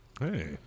Hey